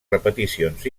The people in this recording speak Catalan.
repeticions